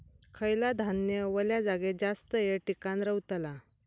खयला धान्य वल्या जागेत जास्त येळ टिकान रवतला?